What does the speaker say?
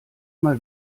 mal